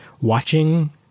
watching